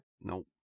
Nope